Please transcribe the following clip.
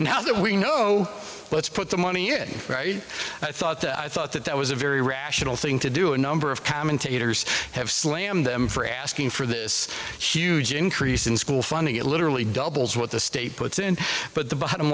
do we know let's put the money i thought i thought that that was a very rational thing to do a number of commentators have said i am them for asking for this huge increase in school funding it literally doubles what the state puts in but the bottom